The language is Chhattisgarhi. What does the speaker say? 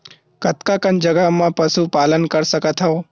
कतका कन जगह म पशु पालन कर सकत हव?